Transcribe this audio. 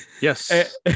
Yes